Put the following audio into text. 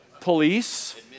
police